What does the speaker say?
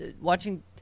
watching